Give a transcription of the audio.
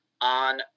on